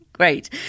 Great